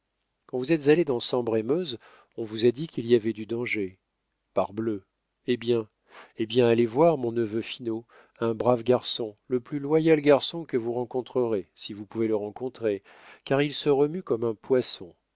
vous êtes allé dans sambre et meuse on vous a dit qu'il y avait du danger parbleu eh bien eh bien allez voir mon neveu finot un brave garçon le plus loyal garçon que vous rencontrerez si vous pouvez le rencontrer car il se remue comme un poisson